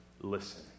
listen